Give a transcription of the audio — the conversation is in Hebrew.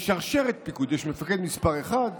יש שרשרת פיקוד: יש מפקד מס' 1,